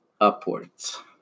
upwards